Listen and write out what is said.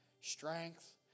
Strength